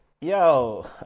Yo